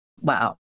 wow